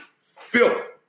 filth